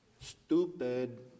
Stupid